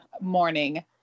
morning